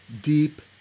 deep